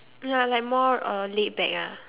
ya like more uh laidback ah